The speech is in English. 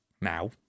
Now